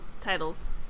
titles